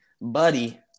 buddy